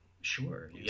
Sure